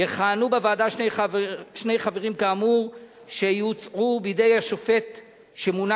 יכהנו בוועדה שני חברים כאמור שיוצעו בידי השופט שמונה